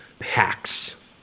hacks